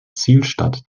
zielstadt